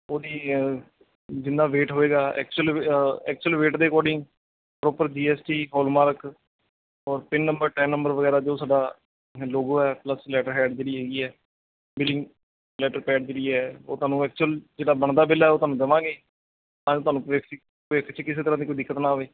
ਉਹਦੀ ਜਿੰਨਾ ਵੇਟ ਹੋਏਗਾ ਐਕਚੁਅਲ ਐਕਚੁਅਲ ਵੇਟ ਦੇ according proper G S T hallmark ਔਰ ਪਿੰਨ ਨੰਬਰ ਟੈਨ ਨੰਬਰ ਵਗੈਰਾ ਜੋ ਸਾਡਾ ਲੋਗੋ ਹੈ ਪਲੱਸ ਲੈਟਰ ਹੈੱਡ ਜਿਹੜੀ ਹੈਗੀ ਹੈ ਬਿਲਿੰਗ ਲੈਟਰ ਪੈਡ ਜਿਹੜੀ ਹੈ ਉਹ ਤੁਹਾਨੂੰ ਐਕਚੁਅਲ ਜਿਹੜਾ ਬਣਦਾ ਬਿੱਲ ਹੈ ਉਹ ਤੁਹਾਨੂੰ ਦੇਵਾਂਗੇ ਤਾਂ ਕਿ ਤੁਹਾਨੂੰ 'ਚ ਕਿਸੇ ਤਰ੍ਹਾਂ ਦੀ ਕੋਈ ਦਿੱਕਤ ਨਾ ਆਵੇ